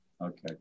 Okay